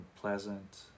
pleasant